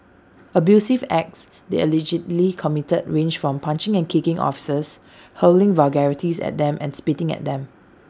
abusive acts they allegedly committed range from punching and kicking officers hurling vulgarities at them and spitting at them